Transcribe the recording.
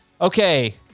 Okay